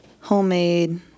homemade